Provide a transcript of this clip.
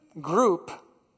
group